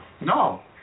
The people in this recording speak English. No